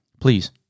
please